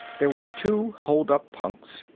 there were two holdup punks,